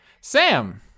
Sam